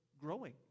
growing